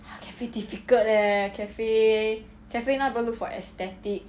!huh! cafe difficult leh cafe cafe now people look for aesthetic